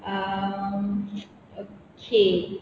um okay